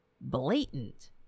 blatant